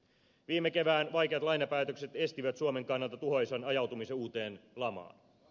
viime kevään vaikeat lainapäätökset estivät suomen kannalta tuhoisan ajautumisen uuteen lamaan